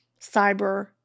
cyber